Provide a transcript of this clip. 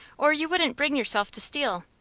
or you wouldn't bring yourself to steal.